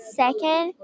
second